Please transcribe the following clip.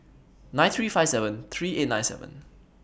nine three five seven three eight nine seven